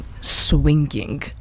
swinging